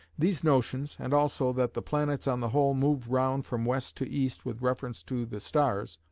these notions, and also that the planets on the whole move round from west to east with reference to the stars,